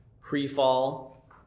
pre-fall